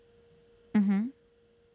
mm hmm